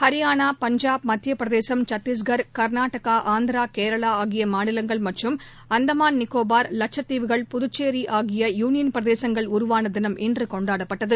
ஹரியானா பஞ்சாப் மத்திய பிரதேசம் சத்தீஸ்கர் கர்நாடகா ஆந்திரா கேரளா ஆகிய மாநிலங்கள் மற்றும் அந்தமான் நிக்கோபார் வட்சத்தீவுகள் புதுச்சேரி ஆகிய யூனியன் பிரதேசங்கள் உருவான தினம் இன்று கொண்டாடப்பட்டது